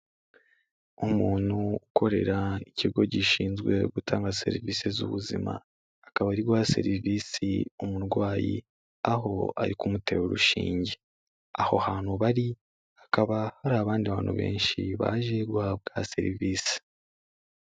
Umuntu ukorera ikigo gishinzwe gutanga serivisi z'ubuzima, akaba ari guha serivisi umurwayi aho ari kumutera urushinge, aho hantu bari hakaba hari abandi bantu benshi baje guhabwa serivisi.